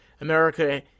America